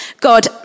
God